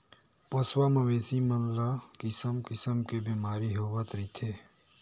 पोसवा मवेशी मन ल किसम किसम के बेमारी होवत रहिथे